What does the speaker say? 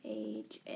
age